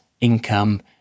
income